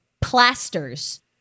plasters